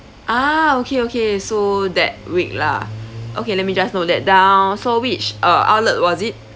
ah okay okay so that week lah okay let me just note that down so which uh outlet was it